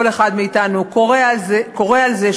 כל אחד מאתנו קורא על זה,